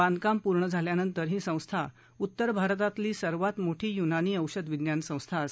बांधकाम पूर्ण झाल्यानंतर ही संस्था उत्तर भारतातील सर्वात मोठी युनानी औषध विज्ञान संस्था असेल